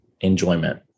enjoyment